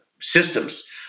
systems